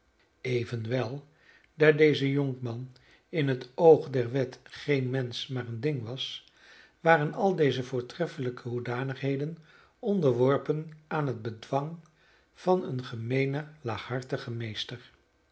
evenwel daar deze jonkman in het oog der wet geen mensch maar een ding was waren al deze voortreffelijke hoedanigheden onderworpen aan het bedwang van een gemeenen laaghartigen meester